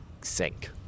sink